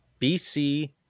BC